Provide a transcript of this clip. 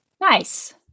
nice